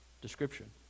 description